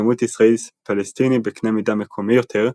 לעימות ישראלי-פלסטיני בקנה מידה מקומי יותר,